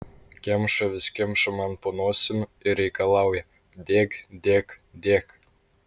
kemša vis kemša man po nosim ir reikalauja dėk dėk dėk